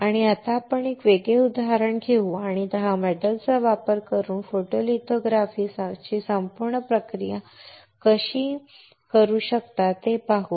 आणि आता आपण एक वेगळे उदाहरण घेऊ आणि आपण धातूचा वापर करून फोटोलिथोग्राफीची संपूर्ण प्रक्रिया कशी करू शकता ते पाहू